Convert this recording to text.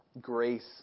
grace